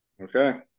Okay